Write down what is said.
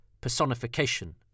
personification